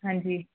ਹਾਂਜੀ